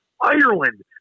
Ireland